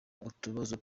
utubazo